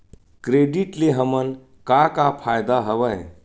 Credit ले हमन का का फ़ायदा हवय?